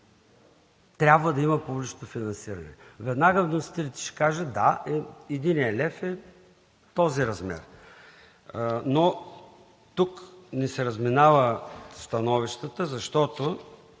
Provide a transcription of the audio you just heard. трябва да има публично финансиране. Веднага вносителите ще кажат: „Да, единият лев е този размер.“ Но тук се разминават становищата ни, защото